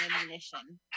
ammunition